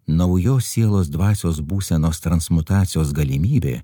naujos sielos dvasios būsenos transmutacijos galimybė